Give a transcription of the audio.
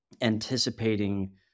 anticipating